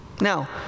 Now